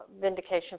vindication